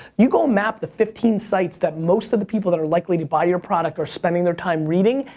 you go map the fifteen sites that most of the people that are likely to buy your product are spending their time reading,